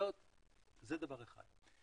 זה דבר אחד.